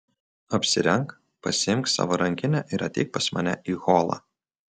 apsirenk pasiimk savo rankinę ir ateik pas mane į holą